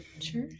sure